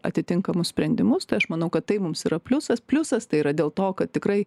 atitinkamus sprendimus tai aš manau kad tai mums yra pliusas pliusas tai yra dėl to kad tikrai